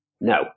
no